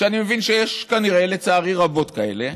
שאני מבין שיש, כנראה, לצערי, רבות כאלה,